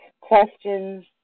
questions